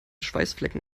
schweißflecken